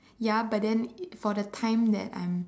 ya but then for the time that I'm